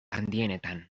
handienetan